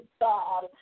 God